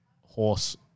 horse